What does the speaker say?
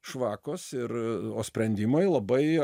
švakos ir o sprendimai labai